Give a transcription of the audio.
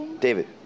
David